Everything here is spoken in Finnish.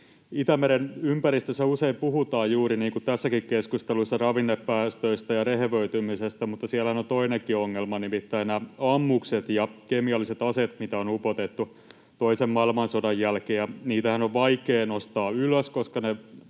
Itämeren ympäristössä usein puhutaan, juuri niin kuin tässäkin keskustelussa, ravinnepäästöistä ja rehevöitymisestä, mutta siellähän on toinenkin ongelma, nimittäin ammukset ja kemialliset aseet, mitä on upotettu toisen maailmansodan jälkeen. Niitähän on vaikea nostaa ylös,